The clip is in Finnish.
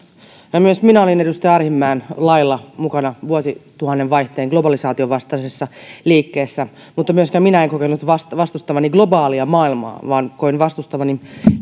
minä olin edustaja arhinmäen lailla mukana vuosituhannen vaihteen globalisaation vastaisessa liikkeessä mutta myöskään minä en kokenut vastustavani globaalia maailmaa vaan koin vastustavani